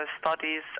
studies